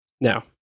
Now